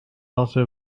also